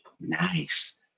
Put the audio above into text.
nice